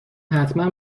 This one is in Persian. حتما